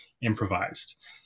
improvised